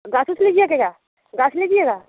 गांछ उछ लीजिएगेगा क्या गांछ लीजिएगा